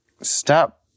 stop